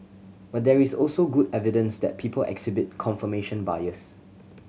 but there is also good evidence that people exhibit confirmation bias